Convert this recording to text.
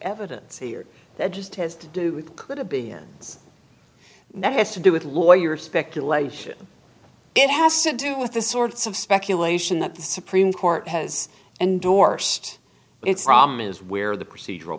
evidence here that just has to do with could have been here that has to do with lawyer speculation it has to do with the sorts of speculation that the supreme court has endorsed its problem is where the procedural